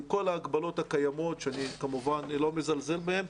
עם כל ההגבלות הקיימות שאני לא מזלזל בהן,